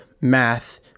math